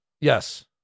Yes